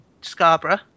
Scarborough